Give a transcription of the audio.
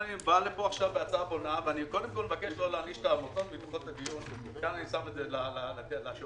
אני מבקש לא לדחות את הדיון הזה לשבוע הבא,